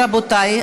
רבותי,